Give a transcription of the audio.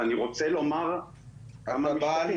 נכון, אני אזרח ואני רוצה לומר כמה משפטים.